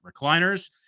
recliners